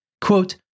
Quote